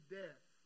death